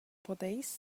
podéis